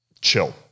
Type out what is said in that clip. chill